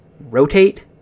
Rotate